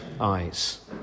eyes